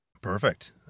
perfect